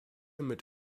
mit